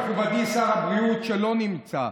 מכובדי שר הבריאות שלא נמצא,